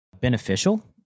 beneficial